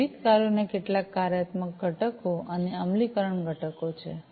આ વિવિધ કાર્યોના કેટલાક કાર્યાત્મક ઘટકો અને અમલીકરણ ઘટકો છે